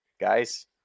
guys